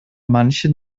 manchen